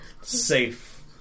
safe